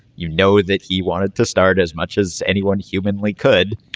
you know that he wanted to start as much as anyone humanly could.